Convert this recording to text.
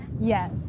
Yes